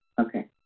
okay